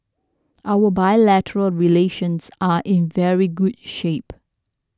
our bilateral relations are in very good shape